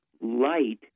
light